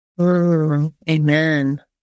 Amen